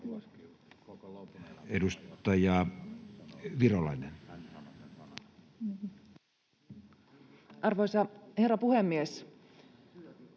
Edustaja Laukkanen. Arvoisa herra puhemies!